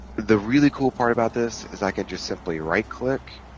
the really cool part about this is i can just simply right-click